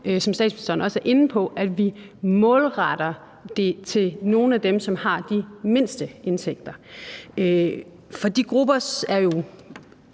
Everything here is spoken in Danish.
statsministeren også er inde på, at vi målretter det til nogle af dem, som har de mindste indtægter. For de grupper er jo